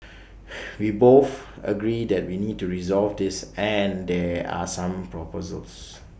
we both agree that we need to resolve this and there are some proposals